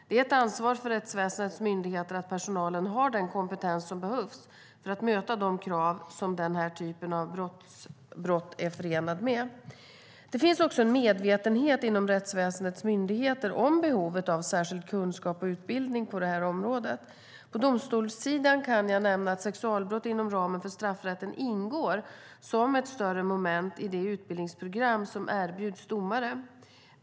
Det är ett ansvar för rättsväsendets myndigheter att personalen har den kompetens som behövs för att möta de krav som denna typ av brott är förenad med. Det finns också en medvetenhet inom rättsväsendets myndigheter om behovet av särskild kunskap och utbildning på detta område. På domstolssidan kan jag nämna att sexualbrott inom ramen för straffrätten ingår som ett större moment i det utbildningsprogram som erbjuds domare.